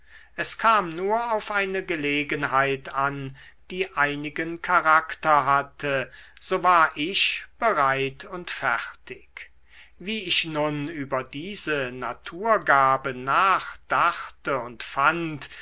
es kam nur auf eine gelegenheit an die einigen charakter hatte so war ich bereit und fertig wie ich nun über diese naturgabe nachdachte und fand